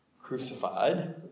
crucified